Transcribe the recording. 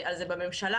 ובממשלה.